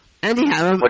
Anyhow